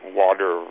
water